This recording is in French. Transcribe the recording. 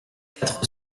quatre